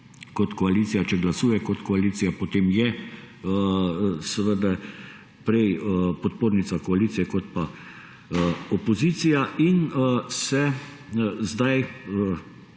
kot koalicija, če glasuje kot koalicija, potem je seveda prej podpornica koalicije kot pa opozicija. In se zdaj